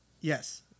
Yes